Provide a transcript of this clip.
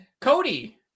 Cody